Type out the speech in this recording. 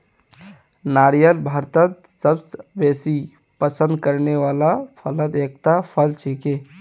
नारियल भारतत सबस बेसी पसंद करने वाला फलत एकता फल छिके